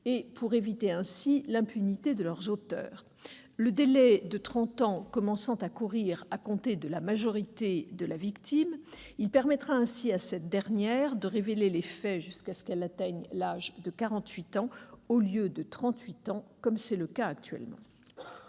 et éviter ainsi l'impunité de leurs auteurs. Le délai de trente ans commençant à courir à compter de la majorité de la victime, il permettra ainsi à cette dernière de révéler les faits jusqu'à ce qu'elle atteigne l'âge de quarante-huit ans, au lieu de trente-huit ans actuellement.